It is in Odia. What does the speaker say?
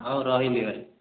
ହଉ ରହିଲି ଭାଇ